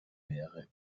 wäre